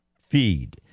feed